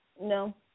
No